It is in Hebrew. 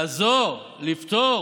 לעזור, לפתור.